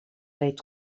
weet